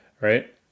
right